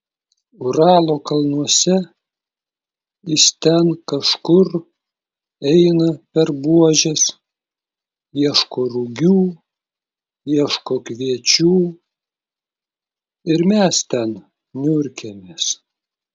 uralo kalnuose jis ten kažkur eina per buožes ieško rugių ieško kviečių ir mes ten niurkėmės